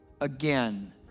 again